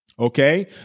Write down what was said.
Okay